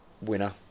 winner